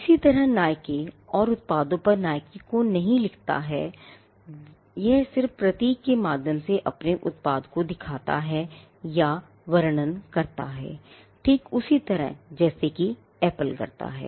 इसी तरह नाइके को नहीं लिखता है यह सिर्फ प्रतीक के माध्यम से अपने उत्पाद को दिखाता है या वर्णन करता है ठीक उसी तरह जैसे कि एप्पल करता है